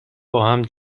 باهم